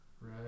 right